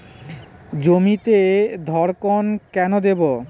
জমিতে ধড়কন কেন দেবো?